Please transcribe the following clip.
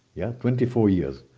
yeah, twenty four years.